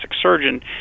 surgeon